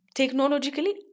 technologically